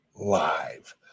live